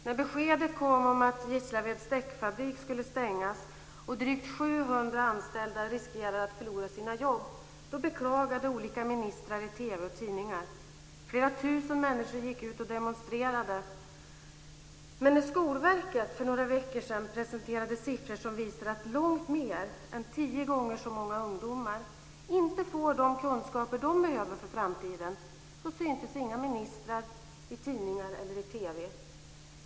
När beskedet kom om att Gislaveds däckfabrik skulle stängas och drygt 700 anställda riskerar att förlora sina jobb beklagade olika ministrar i TV och tidningar. Flera tusen människor gick ut och demonstrerade. Men när Skolverket för några veckor sedan presenterade siffror som visar att långt fler än tio gånger så många ungdomar inte får de kunskaper de behöver för framtiden syntes inga ministrar i tidningar eller TV.